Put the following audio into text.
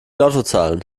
lottozahlen